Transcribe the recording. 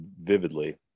vividly